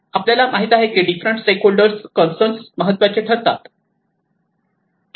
आपल्याला माहित आहे की डिफरंट स्टेक होल्डर कन्सर्न्स महत्त्वाचे ठरतात